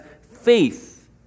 faith